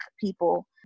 people